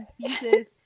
pieces